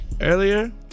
earlier